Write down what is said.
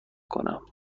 کنم